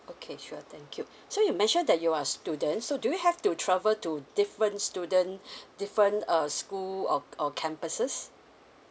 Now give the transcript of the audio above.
okay sure thank you so you mentioned that you are student so do you have to travel to different student different uh school or or campuses